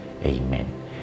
Amen